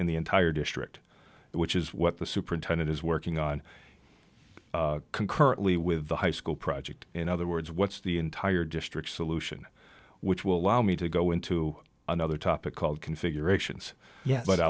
in the entire district which is what the superintendent is working on concurrently with the high school project in other words what's the entire district solution which will allow me to go into another topic called configurations yes but